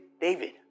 David